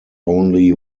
only